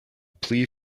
plea